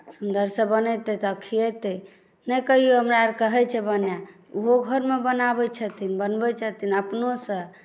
सुन्दरसँ बनेतै तऽ खिएतै नहि कहिओ हमरा आओरकेँ होइत छै बनायल ओहो घरमे बनाबैत छथिन बनबैत छथिन अपनोसँ